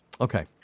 Okay